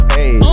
Hey